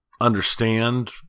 understand